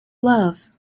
love